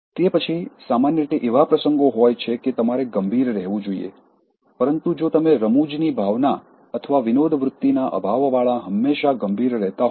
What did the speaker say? તે પછી સામાન્ય રીતે એવા પ્રસંગો હોય છે કે તમારે ગંભીર રહેવું જોઈએ પરંતુ જો તમે રમૂજની ભાવના અથવા વિનોદવૃત્તિના અભાવવાળા હંમેશા ગંભીર રહેતા હો તો